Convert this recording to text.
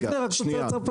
שייקנה רק תוצרת צרפתית.